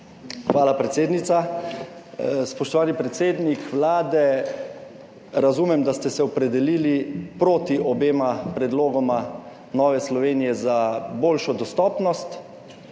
Hvala, predsednica. Spoštovani predsednik Vlade, razumem, da ste se opredelili proti obema predlogoma Nove Slovenije za boljšo dostopnost,